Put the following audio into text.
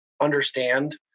understand